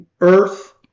Earth